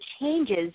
changes